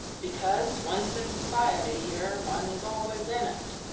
because once in society here one is always in it.